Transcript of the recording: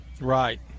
Right